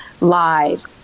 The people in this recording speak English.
Live